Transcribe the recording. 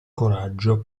coraggio